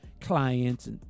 clients